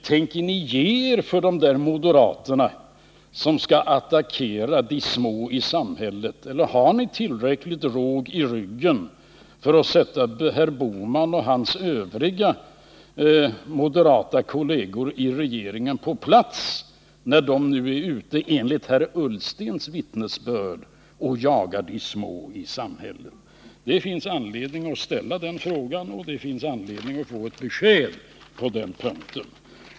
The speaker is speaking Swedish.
Tänker ni ge er för de där moderaterna, som skall attackera de små i samhället, eller har ni råg i ryggen så att ni kan sätta herr Bohman och hans övriga moderata kolleger i regeringen på plats när de nu är ute, enligt herr Ullstens vittnesbörd, och jagar de små i samhället? Det finns anledning att ställa den frågan, och det finns anledning att få ett besked på den punkten.